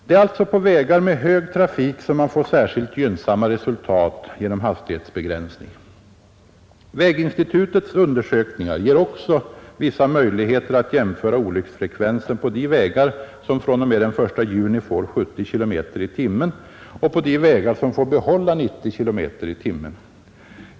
Det är alltså på vägar med hög trafik som man får särskilt gynnsamma resultat genom hastighetsbegränsning. Väginstitutets undersökningar ger också vissa möjligheter att jämföra olycksfrekvensen på de vägar som fr.o.m. den 1 juni får 70 km tim.